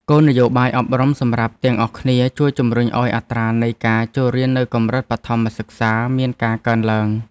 គោលនយោបាយអប់រំសម្រាប់ទាំងអស់គ្នាជួយជំរុញឱ្យអត្រានៃការចូលរៀននៅកម្រិតបឋមសិក្សាមានការកើនឡើង។